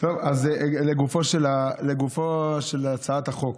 אז לגופה של הצעת החוק.